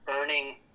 earning